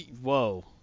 Whoa